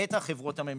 את החברות הממשלתיות,